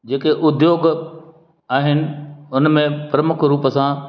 जेके उद्दयोग आहिनि उन में प्रमुख रूप सां